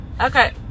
Okay